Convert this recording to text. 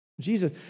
Jesus